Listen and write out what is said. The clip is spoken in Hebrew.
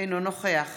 אינו נוכח